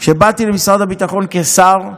כשבאתי למשרד הביטחון כשר,